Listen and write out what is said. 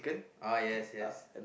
oh yes yes